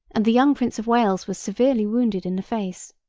and the young prince of wales was severely wounded in the face.